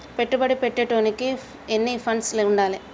పెట్టుబడి పెట్టేటోనికి ఎన్ని ఫండ్స్ ఉండాలే?